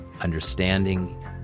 understanding